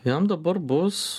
jam dabar bus